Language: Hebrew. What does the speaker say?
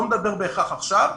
לא מדבר בהכרח עכשיו,